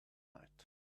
night